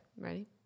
Ready